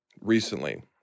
recently